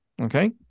okay